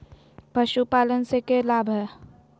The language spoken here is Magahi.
पशुपालन से के लाभ हय?